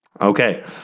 Okay